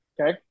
Okay